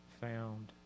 found